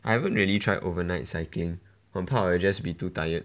I haven't really tried overnight cycling 很怕 will just be too tired